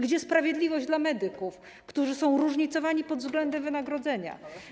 Gdzie sprawiedliwość dla medyków, którzy są różnicowani pod względem wynagrodzenia?